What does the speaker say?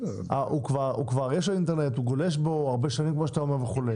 כבר יש לו אינטרנט הוא גולש בו הרבה שנים וכולי.